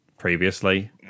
previously